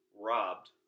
robbed